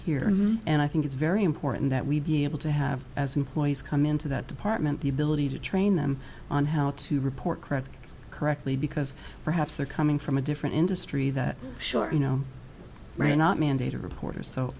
here and i think it's very important that we be able to have as employees come into that department the ability to train them on how to report credit correctly because perhaps they're coming from a different industry that sure you know right not mandated reporters so